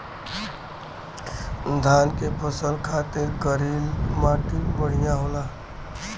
धान के फसल खातिर करील माटी बढ़िया होला